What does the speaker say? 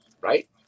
right